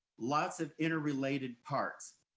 lots of interrelated parts.